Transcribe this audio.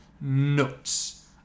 nuts